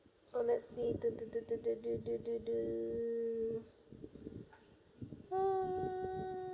so let's see